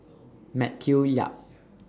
Matthew Yap